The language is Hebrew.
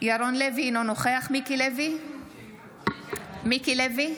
ירון לוי, אינו נוכח מיקי לוי,